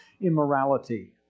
immorality